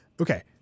Okay